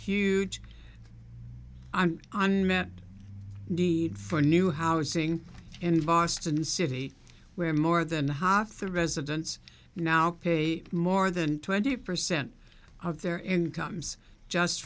huge i'm on met need for new housing in boston city where more than half the residents now pay more than twenty percent of their incomes just